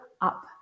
up